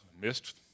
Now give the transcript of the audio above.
missed